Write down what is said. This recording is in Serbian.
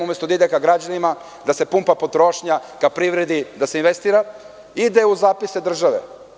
Umesto da ide ka građanima, da se pumpa potrošnja ka privredi, da se investira, ide u zapise države.